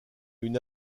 une